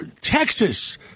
Texas